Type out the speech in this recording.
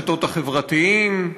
ברשתות החברתיות,